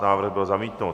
Návrh byl zamítnut.